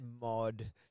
mod